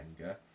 anger